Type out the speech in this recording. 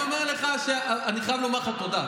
ואני אומר לך שאני חייב לומר לך תודה.